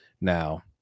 Now